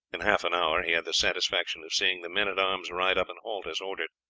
in half an hour he had the satisfaction of seeing the men-at-arms ride up and halt as ordered.